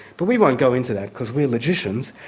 but we won't go into that, because we're logicians,